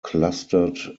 clustered